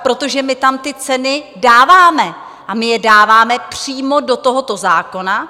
Protože my tam ty ceny dáváme a my je dáváme přímo do tohoto zákona.